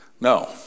No